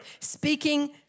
Speaking